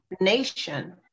nation